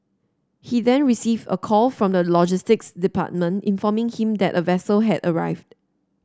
he then received a call from the logistics department informing him that a vessel had arrived